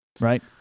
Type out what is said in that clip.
right